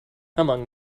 among